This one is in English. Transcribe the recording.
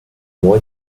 more